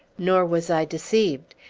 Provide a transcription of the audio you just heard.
nor was i deceived.